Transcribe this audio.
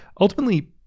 ultimately